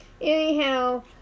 Anyhow